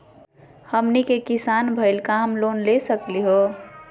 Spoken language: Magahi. हमनी के किसान भईल, का हम लोन ले सकली हो?